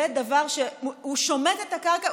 זה דבר ששומט את הקרקע.